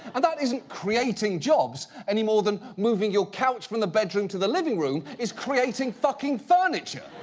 and that isn't creating jobs any more than moving your couch from the bedroom to the living room is creating fucking furniture.